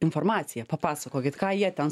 informaciją papasakokit ką jie ten